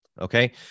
Okay